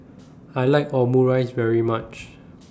I like Omurice very much